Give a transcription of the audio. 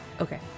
Okay